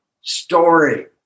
story